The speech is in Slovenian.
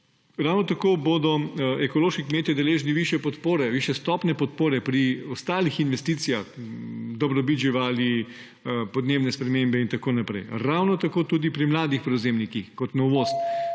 Ravno tako bodo ekološki kmetje deležni višje podpore, višje stopnje podpore pri ostalih investicijah v dobrobit živali, podnebne spremembe in tako naprej. Ravno tako tudi pri mladih prevzemnikih – kot novost